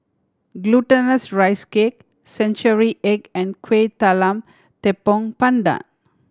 Glutinous Rice Cake century egg and Kuih Talam Tepong Pandan